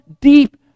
deep